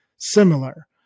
similar